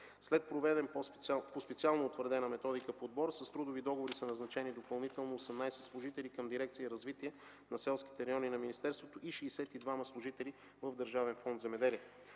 След проведен по специално утвърдена методика подбор, с трудови договори са назначени допълнително 18 служители към дирекция „Развитие на селските райони” на министерството и 62 служители в Държавен фонд „Земеделие”.